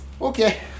Okay